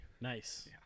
Nice